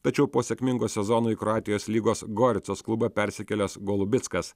tačiau po sėkmingo sezono į kroatijos lygos goricos klubą persikėlęs golubickas